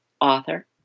author